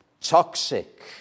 Toxic